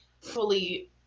fully